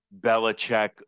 belichick